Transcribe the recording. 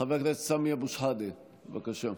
חבר הכנסת סמי אבו שחאדה, בבקשה.